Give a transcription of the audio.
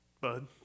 bud